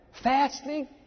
Fasting